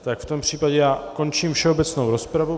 Takže v tom případě končím všeobecnou rozpravu.